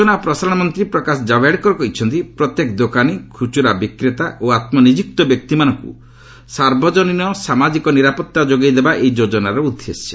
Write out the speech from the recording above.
ସୂଚନା ଓ ପ୍ରସାରଣ ମନ୍ତ୍ରୀ ପ୍ରକାଶ ଜାବଡେକର କହିଛନ୍ତି ପ୍ରତ୍ୟେକ ଦୋକାନୀ ଖୁଚୁରା ବିକ୍ରେତା ଓ ଆତ୍ମନିଯୁକ୍ତ ବ୍ୟକ୍ତିମାନଙ୍କୁ ସାର୍ବଜନୀନ ସାମାଜିକ ନିରାପଭା ଯୋଗାଇ ଦେବା ଏହି ଯୋଜନାର ଉଦ୍ଦେଶ୍ୟ